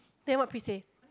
then what Pris say